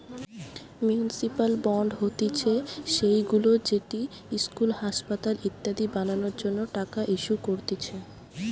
municipal bond হতিছে সেইগুলা যেটি ইস্কুল, আসপাতাল ইত্যাদি বানানোর জন্য টাকা ইস্যু করতিছে